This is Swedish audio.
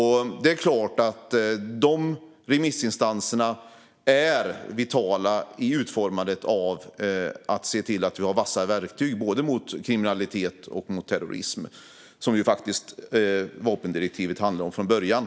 Det är klart att de remissinstanserna är vitala i utformandet när det gäller att se till att vi har vassa verktyg mot både kriminalitet och terrorism, vilket vapendirektivet ju faktiskt handlade om från början.